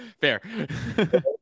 Fair